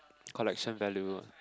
collection value ah